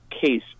case